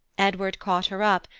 edward caught her up,